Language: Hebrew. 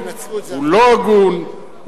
לא הגון,